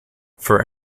for